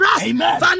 Amen